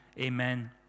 Amen